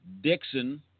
Dixon